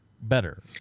better